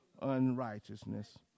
Unrighteousness